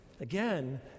again